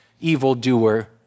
evildoer